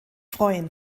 freuen